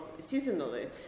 seasonally